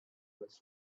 was